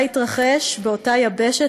מה התרחש באותה יבשת,